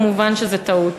כמובן, זאת טעות.